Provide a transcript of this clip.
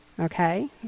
Okay